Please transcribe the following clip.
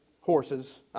horses